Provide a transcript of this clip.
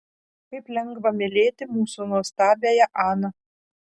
kaip lengva mylėti mūsų nuostabiąją aną